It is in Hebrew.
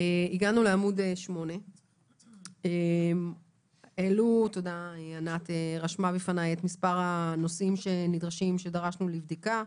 הגענו לעמוד 8. ענת רשמה בפניי את מספר הנושאים שדרשנו בהם בדיקה.